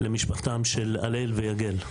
למשפחתם של הלל ויגל.